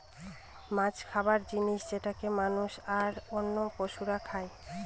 মাছ খাবার জিনিস যেটাকে মানুষ, আর অন্য পশুরা খাই